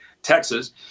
Texas